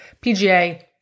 PGA